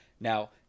now